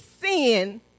sin